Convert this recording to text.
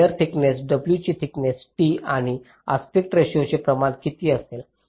wire thickness डब्ल्यूची thickness T आणि aspect रेशोचे प्रमाण किती असेल